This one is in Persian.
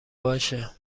باشه